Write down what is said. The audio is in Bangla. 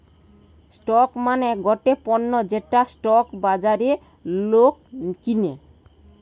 স্টক মানে গটে পণ্য যেটা স্টক বাজারে লোক কিনে